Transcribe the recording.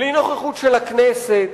בלי נוכחות של הכנסת,